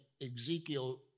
Ezekiel